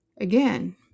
Again